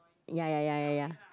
ya ya ya ya ya